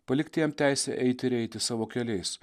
palikti jam teisę eiti ir eiti savo keliais